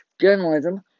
journalism